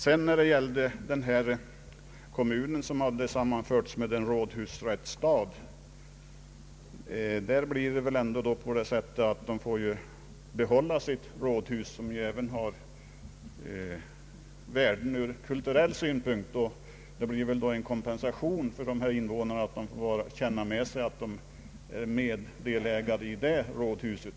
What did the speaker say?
Vad beträffar kommunen som sammanförts med en rådhusrättsstad blir det väl ändå på det sättet att människorna där får behålla sitt rådhus, vilket kan vara ett värde även ur kulturell synpunkt. Då blir det ju en kompensation för invånarna på så sätt att de får känna med sig att de är delägare i rådhuset.